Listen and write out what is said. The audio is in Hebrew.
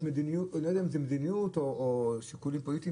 אני לא יודע אם זה מדיניות או שיקולים פוליטיים,